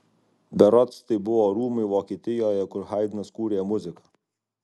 berods tai buvo rūmai vokietijoje kur haidnas kūrė muziką